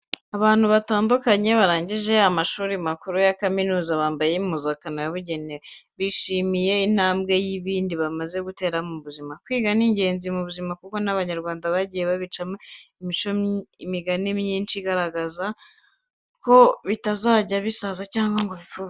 Abantu batandukanye barangije amashuri makuru ya kaminuza bambaye impuzankano yabugenewe, bishimiye intambwe yindi bamaze gutera mu buzima. Kwiga ni ingenzi mu buzima kuko n'Abanyarwanda bagiye babicamo imigani myinshi igaragaza ko bitajya bisaza cyangwa ngo bipfe ubusa.